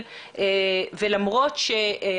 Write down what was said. מד"א קובע על פי התקנות את סדרי האבטחה הרפואית